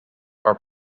are